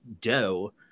dough